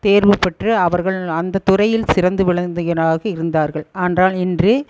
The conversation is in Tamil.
தேர்வு பெற்று அவர்கள் அந்த துறையில் சிறந்து விளந்துகனாக இருந்தார்கள் ஆன்றால் இன்று